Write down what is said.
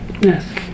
yes